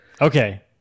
Okay